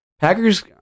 Packers